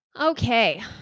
Okay